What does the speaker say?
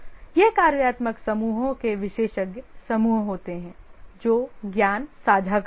यह कार्यात्मक समूहों के विशेषज्ञ समूह होते हैं जो ज्ञान साझा करते हैं